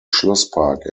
schlosspark